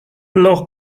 los